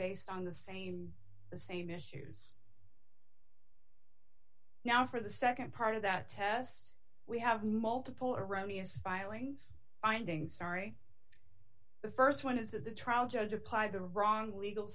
based on the same the same issues now for the nd part of that test we have multiple erroneous filings findings sorry the st one is that the trial judge apply the wrong legal